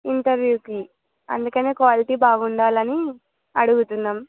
ఇంటర్వ్యూకి అందుకనే క్వాలిటీ బాగుండాలని అడుగుతున్నాము